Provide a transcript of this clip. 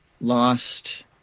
lost